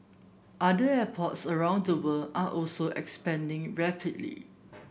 other airports around the world are also expanding rapidly